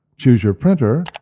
choose your printer,